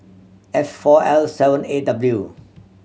F four L seven A W